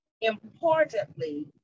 importantly